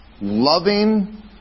loving